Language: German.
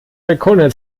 sekunde